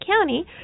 County